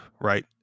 Right